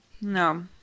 no